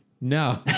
No